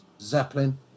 Zeppelin